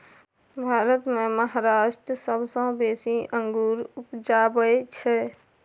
भारत मे महाराष्ट्र सबसँ बेसी अंगुर उपजाबै छै